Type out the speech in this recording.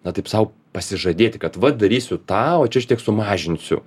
na taip sau pasižadėti kad va darysiu tą o čia šiek tiek sumažinsiu